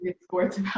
sports